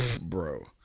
bro